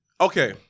Okay